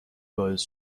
باعث